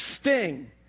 sting